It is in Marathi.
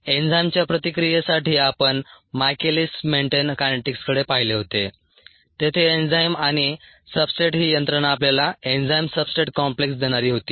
एन्झाइमच्या प्रतिक्रियेसाठी आपण मायकेलिस मेन्टेन कायनेटिक्सकडे पाहिले होते तेथे एन्झाइम आणि सब्सट्रेट ही यंत्रणा आपल्याला एन्झाइम सब्सट्रेट कॉम्प्लेक्स देणारी होती